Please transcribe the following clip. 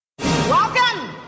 Welcome